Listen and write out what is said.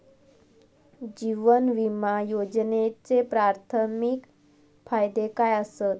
जीवन विमा योजनेचे प्राथमिक फायदे काय आसत?